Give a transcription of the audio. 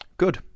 Good